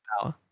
power